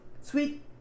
Sweet